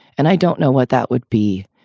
and i don't know what that would be.